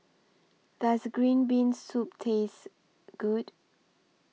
Does Green Bean Soup Taste Good